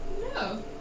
no